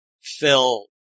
Phil